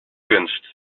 kunst